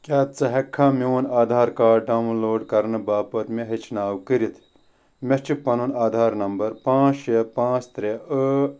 کیٛاہ ژٕ ہیٚکہِ کھا میٛون آدھار کارڈ ڈاوُن لوڈ کرنہٕ باپتھ مےٚ ہیٚچھناو کٔرتھ مےٚ چھُ پنُن آدھار نمبر پانٛژھ شےٚ پانٛژھ ترٛےٚ ٲ